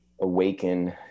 awaken